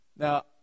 Now